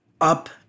up